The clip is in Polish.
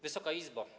Wysoka Izbo!